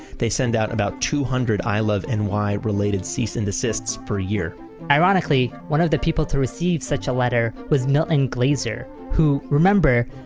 they send out about two hundred i love and ny related cease and desists per year ironically, one of the people to receive such a letter was milton glaser, who, remember,